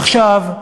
עכשיו,